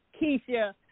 Keisha